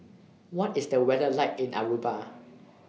What IS The weather like in Aruba